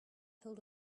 hold